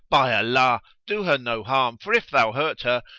by allah, do her no harm, for if thou hurt her,